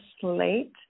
slate